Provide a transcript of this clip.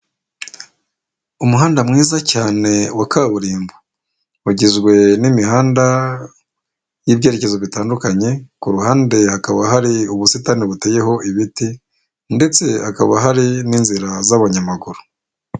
Umuhanda mwiza cyane wa kaburimbo, ugizwe n'imihanda y'ibyerekezo bitandukanye, ku ruhande hakaba hari ubusitani buteyeho ibiti, ndetse hakaba hari n'inzira z'abanyamaguru.